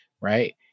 Right